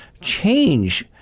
change